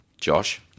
Josh